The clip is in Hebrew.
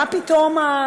מה פתאום,